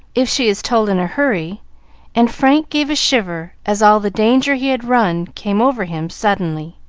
if she is told in a hurry and frank gave a shiver, as all the danger he had run came over him suddenly.